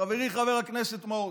חברי חבר הכנסת מעוז,